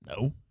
No